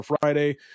Friday